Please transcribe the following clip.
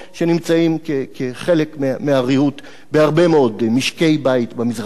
שנמצאים כחלק מהריהוט בהרבה מאוד משקי-בית במזרח התיכון.